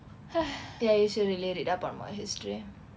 ya you should really read up on more history